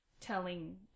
telling